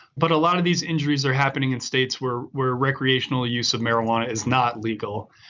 but a lot of these injuries are happening in states where where recreational use of marijuana is not legal.